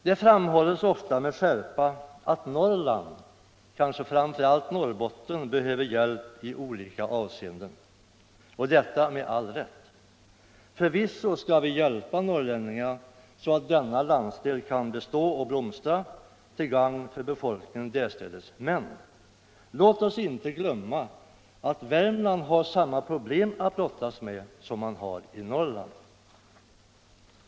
Det framhålls ofta med skärpa att Norrland, kanske framför allt Norrbotten, behöver hjälp i olika avseenden, och detta med all rätt. Förvisso skall vi hjälpa norrlänningarna så att denna landsdel kan bestå och blomstra till gagn för befolkningen därstädes, men låt oss inte glömma att Värmland har samma problem att brottas med som man har i Norrland.